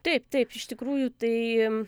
taip taip iš tikrųjų tai